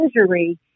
injury